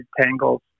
tangles